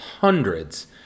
hundreds